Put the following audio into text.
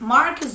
Mark